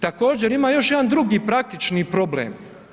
Također, ima još jedan drugi praktični problem.